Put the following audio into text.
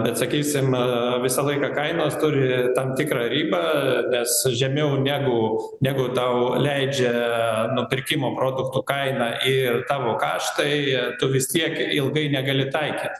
bet sakysim visą laiką kainos turi tam tikrą ribą nes žemiau negu negu tau leidžia nupirkimo produktų kaina ir tavo kaštai tu vis tiek ilgai negali taikyt